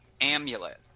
Amulet